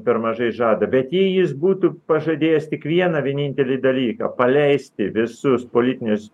per mažai žada bet jei jis būtų pažadėjęs tik vieną vienintelį dalyką paleisti visus politinius